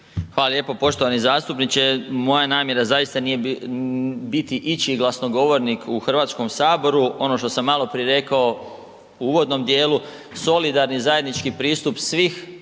Hvala lijepo. Poštovani zastupniče, moja namjera zaista nije biti ići glasnogovornik u Hrvatskom saboru. Ono što sam maloprije rekao u uvodnom dijelu solidarni zajednički pristup svih